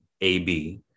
AB